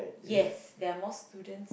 yes there are more students